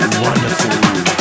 wonderful